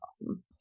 awesome